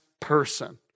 person